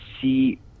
see